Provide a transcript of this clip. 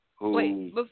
Wait